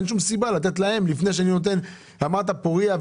אמרת פוריה,